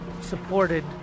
supported